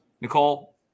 Nicole